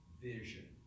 vision